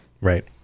Right